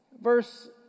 Verse